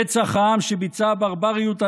רצח העם שביצעה הברבריות הנאצית,